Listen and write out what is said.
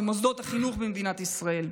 במוסדות החינוך במדינת ישראל,